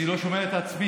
אני לא שומע את עצמי.